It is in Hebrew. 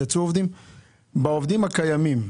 בעובדים הקיימים,